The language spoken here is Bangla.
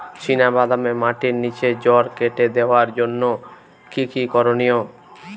চিনা বাদামে মাটির নিচে জড় কেটে দেওয়ার জন্য কি কী করনীয়?